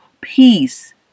Peace